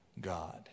God